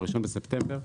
ב-1 בספטמבר.